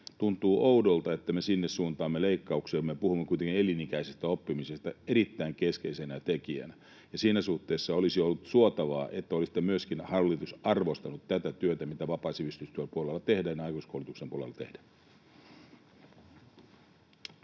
Tuntuu oudolta, että me sinne suuntaamme leikkauksia. Me puhumme kuitenkin elinikäisestä oppimisesta erittäin keskeisenä tekijänä, ja siinä suhteessa olisi ollut suotavaa, että olisitte myöskin, hallitus, arvostanut tätä työtä, mitä vapaan sivistystyön puolella ja aikuiskoulutuksen puolella tehdään.